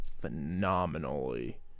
phenomenally